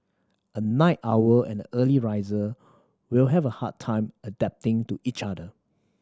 a night our and early riser will have a hard time adapting to each other